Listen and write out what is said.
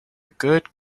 good